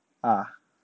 uh